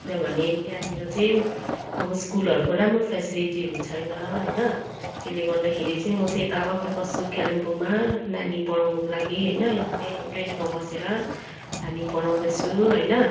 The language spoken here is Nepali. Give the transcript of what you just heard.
किनभने त्यहाँनिर चाहिँ अब स्कुलहरूको राम्रो फेसिलिटीहरू छैन होइन त्यसले गर्दाखेरि चाहिँ म चाहिँ यता अलग्गै बस्छु कालिम्पोङमा नानी पढाउनुको लागि होइन त्यही रेन्टमा बसेर नानी पढाउँदैछु होइन